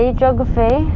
geography